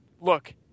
Look